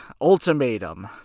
Ultimatum